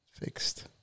Fixed